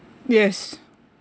yes